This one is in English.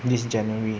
this january